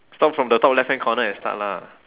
start from the top left hand corner and start lah